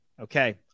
Okay